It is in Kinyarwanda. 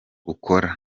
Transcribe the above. ukora